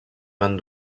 van